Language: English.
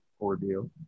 ordeal